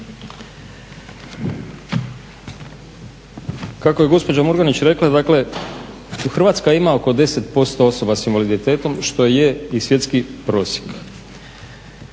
Kako je gospođa Murganić rekla, dakle Hrvatska ima oko 10% osoba sa invaliditetom što i je i svjetski prosjek.